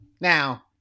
Now